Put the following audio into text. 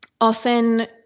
often